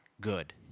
good